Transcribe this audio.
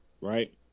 right